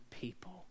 people